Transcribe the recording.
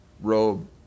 robe